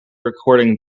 recording